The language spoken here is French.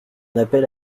appelle